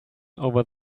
over